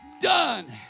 done